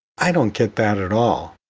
i don't get that at all.